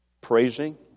praising